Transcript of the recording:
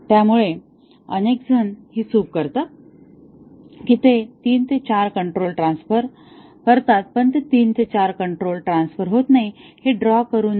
त्यामुळे अनेकजण ही चूक करतात की ते 3 ते 4 कंट्रोल ट्रान्सफर ड्रॉ करतात पण 3 ते 4 कंट्रोल ट्रान्सफर होत नाही हे ड्रॉ करू नये